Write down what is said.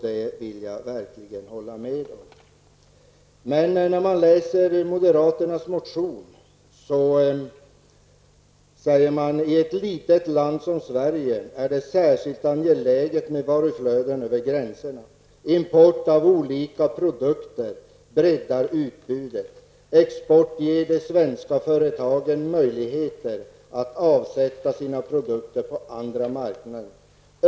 Det vill jag verkligen hålla med om. Men i moderaternas motion skriver man: I ett litet land som Sverige är det särskilt angeläget med varuflöden över gränserna. Import av olika produkter breddar utbudet. Export ger de svenska företagen möjligheter att avsätta sina produkter på andra marknader.